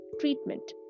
treatment